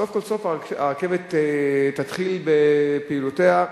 שסוף כל סוף הרכבת תתחיל בפעילותה,